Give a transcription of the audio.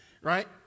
right